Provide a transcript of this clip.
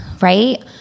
right